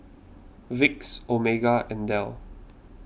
Vicks Omega and Dell